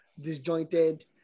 disjointed